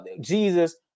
Jesus